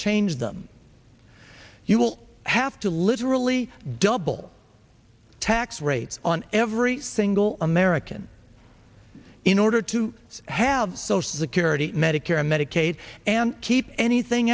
change them you will have to literally double tax rates on every single american in order to have social security medicare medicaid and keep anything